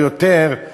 או יותר,